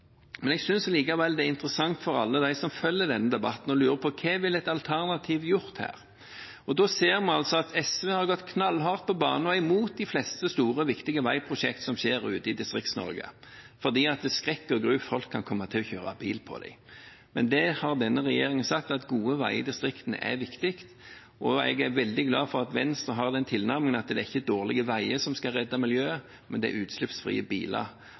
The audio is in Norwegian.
Jeg synes likevel det er interessant for alle dem som følger denne debatten og lurer på hva et alternativ ville gjort her. Da ser vi altså at SV har gått knallhardt på banen mot de fleste store og viktige veiprosjektene ute i Distrikts-Norge fordi – skrekk og gru – folk kan komme til å kjøre bil på dem! Denne regjeringen har sagt at gode veier i distriktene er viktig, og jeg er veldig glad for at Venstre har den tilnærmingen at det ikke er dårlige veier som skal redde miljøet, men utslippsfrie biler.